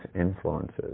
influences